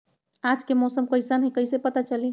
आज के मौसम कईसन हैं कईसे पता चली?